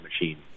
machine